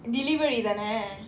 delivery தானே:thanae